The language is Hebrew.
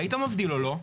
הוא היה מבדיל או לא?